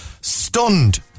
stunned